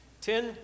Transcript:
Ten